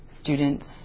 students